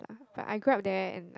but I grew up there and